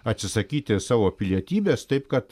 atsisakyti savo pilietybės taip kad